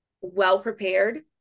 well-prepared